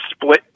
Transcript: split